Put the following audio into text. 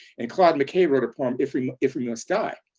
and claude mckay wrote a poem, if we if we must die.